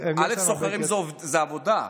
סוחרים זאת עבודה.